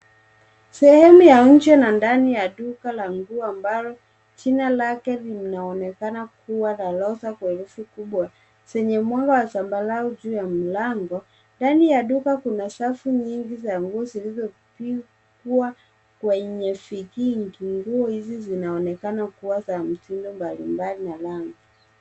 Sehemu ya nje na ndani ya duka la nguo ambalo jina lake linaonekana kuwa La Lofa kwa herufi kubwa zenye mwanga wa zambarau juu ya mlango. Ndani ya duka kuna safu nyingi za nguo zilizopigwa kwenye vikingi. Nguo hizi zinaonekana kuwa za mitindo mbalimbali na rangi.